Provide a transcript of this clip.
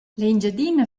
l’engiadina